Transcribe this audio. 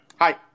Hi